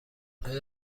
آیا